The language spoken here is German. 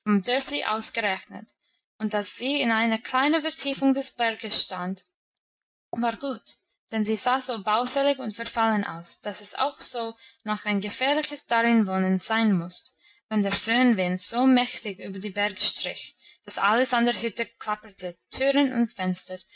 gerechnet und dass sie in einer kleinen vertiefung des berges stand war gut denn sie sah so baufällig und verfallen aus dass es auch so noch ein gefährliches darinwohnen sein musste wenn der föhnwind so mächtig über die berge strich dass alles an der hütte klapperte türen und fenster